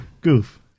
Goof